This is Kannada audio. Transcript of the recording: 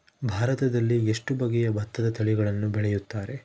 ಭಾರತದಲ್ಲಿ ಎಷ್ಟು ಬಗೆಯ ಭತ್ತದ ತಳಿಗಳನ್ನು ಬೆಳೆಯುತ್ತಾರೆ?